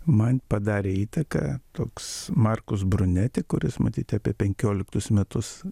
man padarė įtaką toks markus brunetė kuris matyt apie penkioliktus metus